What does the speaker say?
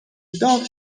dog